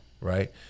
right